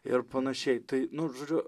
ir panašiai tai nu žodžiu